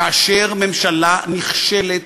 כאשר ממשלה נכשלת,